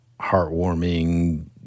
heartwarming